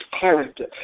character